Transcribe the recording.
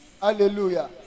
hallelujah